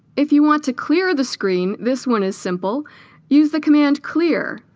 if you want to clear the screen this one is simple use the command clear